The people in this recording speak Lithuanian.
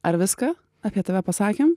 ar viską apie tave pasakė